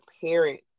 parent